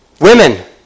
Women